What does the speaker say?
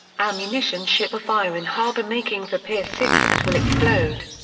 ammunition ship afire in harbor making for pier six and will explode.